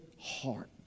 heart